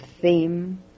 theme